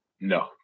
No